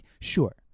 sure